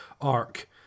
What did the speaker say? arc